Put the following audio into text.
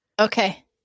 Okay